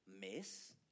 miss